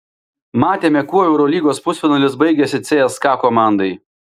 matėme kuo eurolygos pusfinalis baigėsi cska komandai